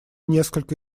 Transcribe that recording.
несколько